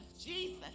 Jesus